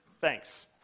thanks